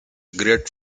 great